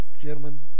gentlemen